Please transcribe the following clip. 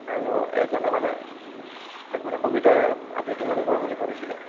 আৰু এজনে মানে তাত মানে কবিতা আবৃত্তি কৰিব বুলি ভাবিছিলে